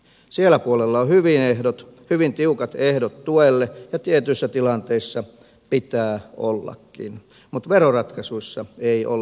sillä puolella on hyvin tiukat ehdot tuelle ja tietyissä tilanteissa pitää ollakin mutta veroratkaisuissa ei ole